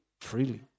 freely